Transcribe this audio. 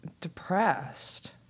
depressed